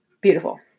beautiful